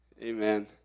Amen